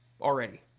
already